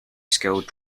skilled